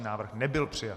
Návrh nebyl přijat.